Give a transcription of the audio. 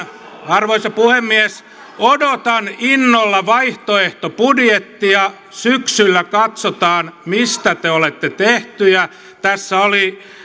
arvoisa puhemies odotan innolla vaihtoehtobudjettia syksyllä katsotaan mistä te olette tehtyjä tässä oli